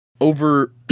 over